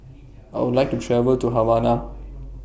I Would like to travel to Havana